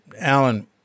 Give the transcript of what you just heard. Alan